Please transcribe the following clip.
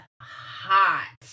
hot